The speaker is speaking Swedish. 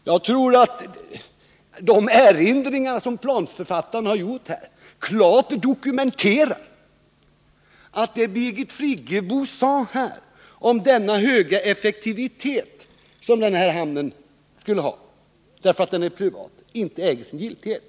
Jag tror att de erinringar som planförfattaren redovisat klart dokumenterar att det Birgit Friggebo sade om den här privata hamnens höga effektivitet inte äger sin giltighet.